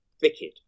thicket